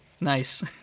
Nice